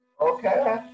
Okay